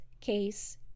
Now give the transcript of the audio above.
case